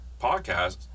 podcast